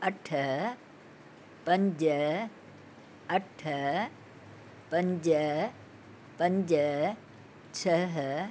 अठ पंज अठ पंज पंज छ्ह